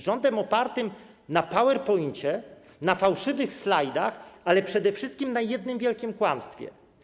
Rządem opartym na PowerPoincie, na fałszywych slajdach, ale przede wszystkim na jednym wielkim kłamstwie.